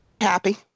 happy